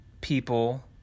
people